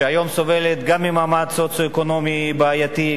שהיום סובלת גם ממעמד סוציו-אקונומי בעייתי,